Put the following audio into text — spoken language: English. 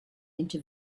into